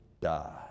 die